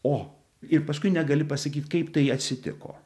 o ir paskui negali pasakyt kaip tai atsitiko